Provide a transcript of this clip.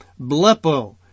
blepo